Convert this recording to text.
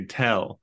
tell